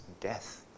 death